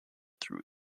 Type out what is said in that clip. through